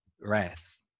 wrath